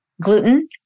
gluten